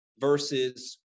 versus